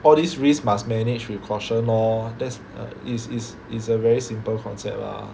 all this risk must manage with caution lor that's uh it's it's it's a very simple concept lah